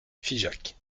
figeac